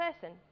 person